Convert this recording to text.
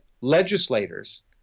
legislators